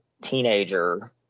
teenager